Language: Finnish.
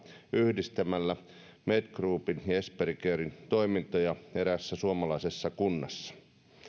yhdistämällä med groupin ja esperi caren toimintoja eräässä suomalaisessa kunnassa